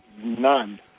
None